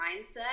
mindset